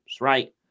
right